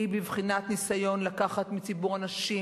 היא בבחינת ניסיון לקחת מציבור הנשים